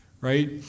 right